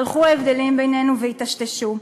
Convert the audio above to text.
הלכו ההבדלים בינינו והיטשטשו.